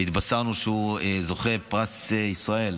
והתבשרנו שהוא זוכה פרס ישראל.